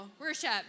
worship